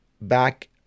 back